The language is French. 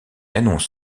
annonce